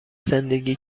زندگی